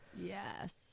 yes